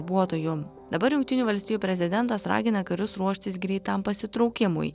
darbuotojų dabar jungtinių valstijų prezidentas ragina karius ruoštis greitam pasitraukimui